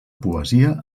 poesia